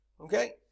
Okay